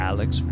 Alex